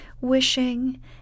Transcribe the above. wishing